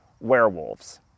werewolves